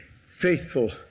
faithful